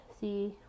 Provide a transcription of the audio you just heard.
see